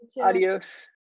Adios